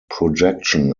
projection